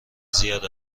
زیاد